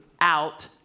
out